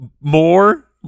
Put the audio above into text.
more